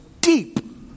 deep